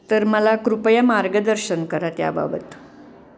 तर मला कृपया मार्गदर्शन करा त्याबाबत